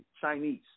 chinese